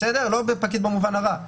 לא פקיד במובן הרע,